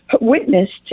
witnessed